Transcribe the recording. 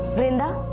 vrunda.